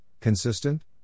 consistent